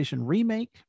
remake